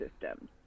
system